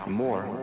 more